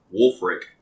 Wolfric